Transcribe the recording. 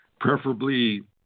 preferably